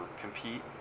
compete